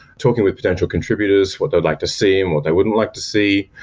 talking with potential contributors. what they would like to see and what they wouldn't like to see.